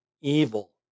evil